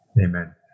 amen